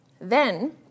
Then